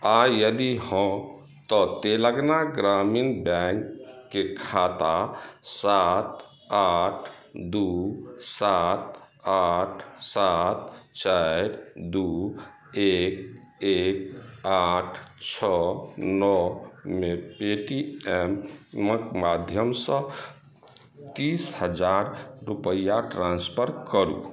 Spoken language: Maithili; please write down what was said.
आओर यदि हाँ तऽ तेलङ्गाना ग्रामीण बैँकके खाता सात आठ दुइ सात आठ सात चारि दुइ एक एक आठ छओ नओमे पेटीएमके माध्यमसँ तीस हजार रुपैआ ट्रान्सफर करू